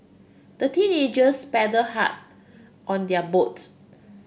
the teenagers paddled hard on their boats